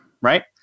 Right